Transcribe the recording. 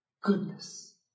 goodness